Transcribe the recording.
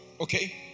Okay